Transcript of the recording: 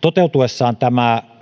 toteutuessaan